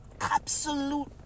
absolute